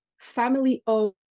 family-owned